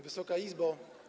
Wysoka Izbo!